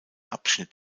abschnitt